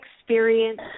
experience